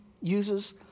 uses